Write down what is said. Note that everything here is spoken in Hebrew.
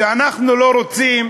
שאנחנו לא רוצים